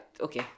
Okay